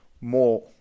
more